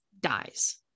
dies